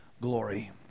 glory